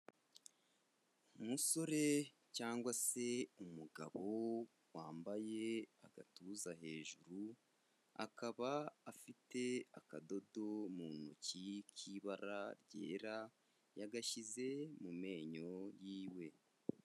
Umusore cyangwa se umugabo, wambaye agatuza hejuru, akaba afite akadodo mu ntoki k'ibara ryera yagashyize mu menyo yiwe.